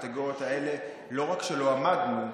בכל אחת מהקטגוריות האלה לא רק שלא עמדנו,